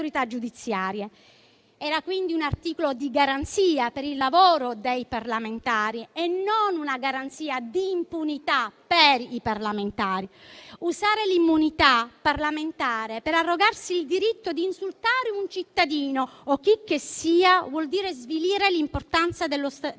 Era quindi un articolo di garanzia per il lavoro dei parlamentari e non una garanzia di impunità per i parlamentari. Usare l'immunità parlamentare per arrogarsi il diritto di insultare un cittadino o chicchessia vuol dire svilire l'importanza dell'istituto.